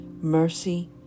mercy